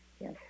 yes